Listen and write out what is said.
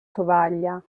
tovaglia